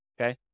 okay